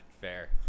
Fair